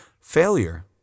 Failure